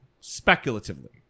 speculatively